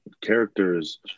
characters